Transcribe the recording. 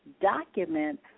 document